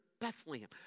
Bethlehem